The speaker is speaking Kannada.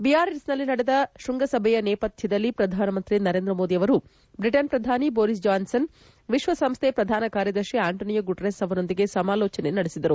ಬಿಯಾರಿಟ್ಷ್ನಲ್ಲಿ ನಡೆದ ಶ್ವಂಗಸಭೆಯ ನೇಪಥ್ಯದಲ್ಲಿ ಪ್ರಧಾನಮಂತ್ರಿ ನರೇಂದ್ರ ಮೋದಿ ಅವರು ಬ್ರಿಟನ್ ಪ್ರಧಾನಿ ಬೋರಿಸ್ ಜಾನ್ಸನ್ ವಿಶ್ವಸಂಸ್ಥೆಯ ಪ್ರಧಾನ ಕಾರ್ಯದರ್ಶಿ ಆಂಟೊನಿಯೊ ಗುಟಾರೆಸ್ ಅವರೊಂದಿಗೆ ಸಮಾಲೋಜನೆ ನಡೆಸಿದರು